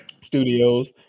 Studios